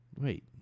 Wait